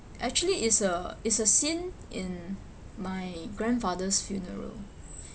actually is a is a scene in my grandfather's funeral